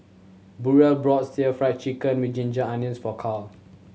Burrell brought still Fry Chicken with ginger onions for Karl